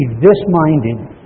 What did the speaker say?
this-minded